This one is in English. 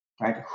right